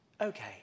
Okay